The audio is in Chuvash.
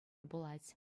пулать